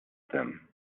them